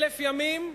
1,000 ימים,